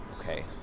Okay